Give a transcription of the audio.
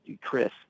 Chris